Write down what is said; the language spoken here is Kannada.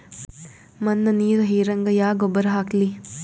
ಮಣ್ಣ ನೀರ ಹೀರಂಗ ಯಾ ಗೊಬ್ಬರ ಹಾಕ್ಲಿ?